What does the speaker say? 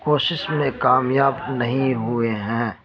کوشش میں کامیاب نہیں ہوئے ہیں